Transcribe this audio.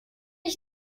ich